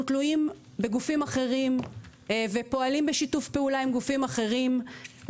תלויים בגופים אחרים ופועלים בשיתוף פעולה עם גופים אחרים.